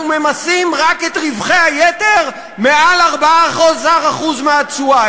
אנחנו ממסים רק את רווחי היתר מעל 14% מהתשואה?